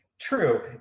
true